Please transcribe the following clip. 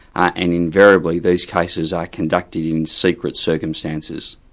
and invariably, these cases are conducted in secret circumstances.